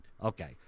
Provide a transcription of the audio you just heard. Okay